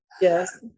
Yes